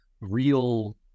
real